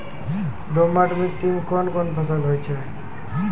दोमट मिट्टी मे कौन कौन फसल होगा?